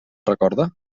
recorda